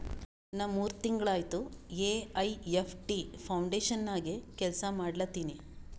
ನಾ ಮೂರ್ ತಿಂಗುಳ ಆಯ್ತ ಎ.ಐ.ಎಫ್.ಟಿ ಫೌಂಡೇಶನ್ ನಾಗೆ ಕೆಲ್ಸಾ ಮಾಡ್ಲತಿನಿ